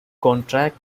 contract